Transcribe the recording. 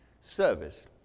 service